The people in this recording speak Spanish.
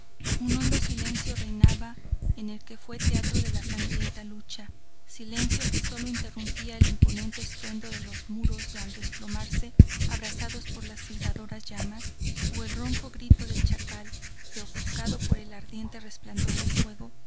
un hondo silencio reinaba en el que fue teatro de la sangrienta lucha silencio que solo interrumpía el imponente estruendo de los muros al desplomarse abrasados por las silbadoras llamas o el ronco grito del chacal que ofuscado por el ardiente resplandor del fuego